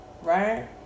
Right